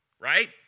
Right